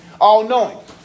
All-knowing